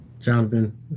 Jonathan